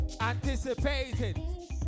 Anticipating